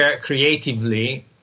creatively